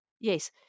yes